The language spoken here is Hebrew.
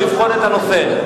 לבחון את הנושא.